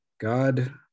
God